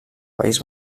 país